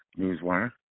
Newswire